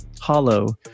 hollow